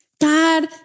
God